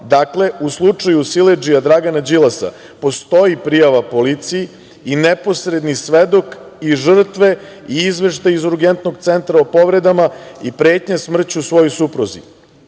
Dakle, u slučaju siledžije Dragana Đilasa, postoji prijava policiji i neposredni svedok i žrtve i izveštaji iz urgentnog centra o povredama i pretnje smrću svojoj supruzi.